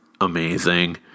amazing